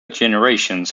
generations